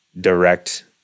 direct